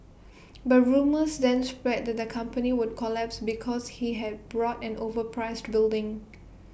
but rumours then spread that the company would collapse because he had bought an overpriced building